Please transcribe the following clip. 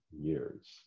years